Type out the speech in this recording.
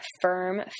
firm